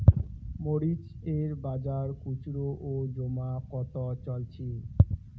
মরিচ এর বাজার খুচরো ও জমা কত চলছে?